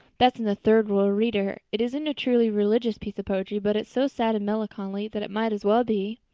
that's in the third royal reader. it isn't a truly religious piece of poetry, but it's so sad and melancholy that it might as well be.